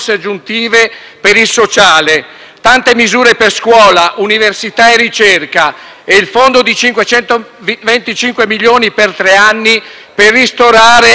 tante misure per scuola, università e ricerca, nonché il fondo di 525 milioni, per tre anni, per ristorare i risparmiatori truffati.